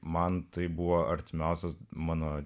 man tai buvo artimiausias mano